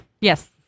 Yes